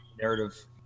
narrative